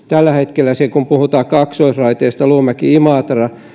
tällä hetkellä kun puhutaan kaksoisraiteesta luumäki imatra